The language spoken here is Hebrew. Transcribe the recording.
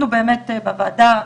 אנחנו באמת בוועדה,